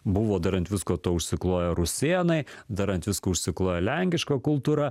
buvo dar ant visko to užsikloję rusėnai dar ant visko užsikloja lenkiška kultūra